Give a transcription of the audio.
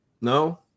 no